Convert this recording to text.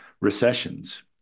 recessions